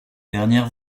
dernière